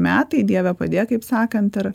metai dieve padėk kaip sakant ir